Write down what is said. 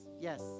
yes